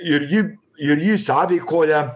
ir ji ir ji sąveikoja